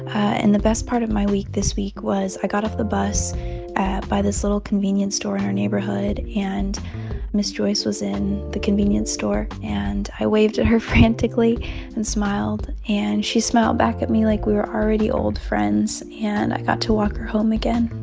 ah and the best part of my week this week was i got off the bus by this little convenience store in our neighborhood. and mrs. joyce was in the convenience store. and i waved at her frantically and smiled, and she smiled back at me like we were already old friends. and i got to walk her home again.